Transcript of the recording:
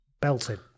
Belting